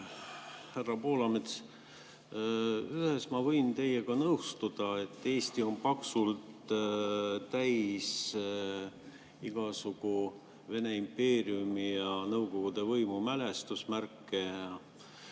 Härra Poolamets! Ühes ma võin teiega nõustuda: Eesti on paksult täis igasugu Vene impeeriumi ja Nõukogude võimu mälestusmärke.